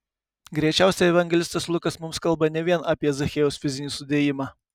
greičiausiai evangelistas lukas mums kalba ne vien apie zachiejaus fizinį sudėjimą